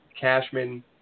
Cashman